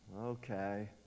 okay